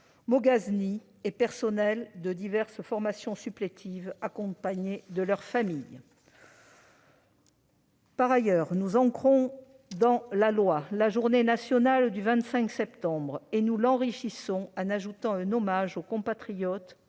moghaznis et personnels des diverses formations supplétives, accompagnés de leurs familles. Nous ancrons dans la loi la journée nationale du 25 septembre et nous l'enrichissons d'un hommage aux compatriotes,